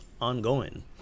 ongoing